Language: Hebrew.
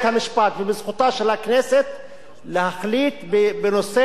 להחליט בנושא מה שקורה בגדה המערבית,